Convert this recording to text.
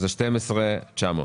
שווה 12,900 שקלים.